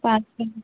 ପାଞ୍ଚଶହ ଟଙ୍କା